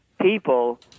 people